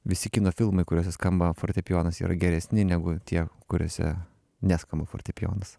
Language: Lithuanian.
visi kino filmai kuriuose skamba fortepijonas yra geresni negu tie kuriuose neskamba fortepijonas